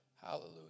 Hallelujah